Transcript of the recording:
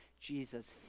Jesus